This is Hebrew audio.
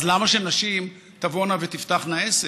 אז למה שנשים תבואנה ותפתחנה עסק?